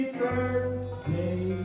birthday